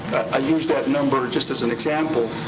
i use that number just as an example,